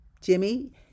Jimmy